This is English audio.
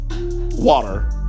water